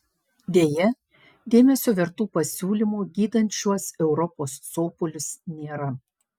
deja dėmesio vertų pasiūlymų gydant šiuos europos sopulius nėra